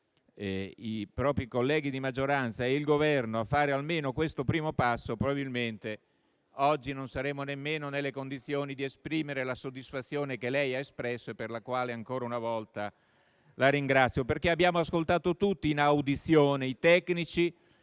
i propri colleghi di maggioranza e il Governo a fare almeno questo primo passo, probabilmente oggi non saremmo nemmeno nelle condizioni di esprimere la soddisfazione che lei ha espresso e per la quale, ancora una volta, la ringrazio. Abbiamo ascoltato tutti in audizione i tecnici